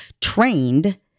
trained